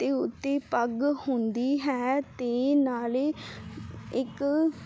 ਅਤੇ ਉੱਤੇ ਪੱਗ ਹੁੰਦੀ ਹੈ ਤੇ ਨਾਲੇ ਇੱਕ